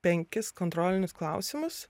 penkis kontrolinius klausimus